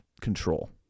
control